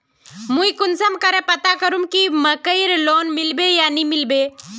मुई कुंसम करे पता करूम की मकईर लोन मिलबे या नी मिलबे?